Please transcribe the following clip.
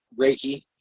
Reiki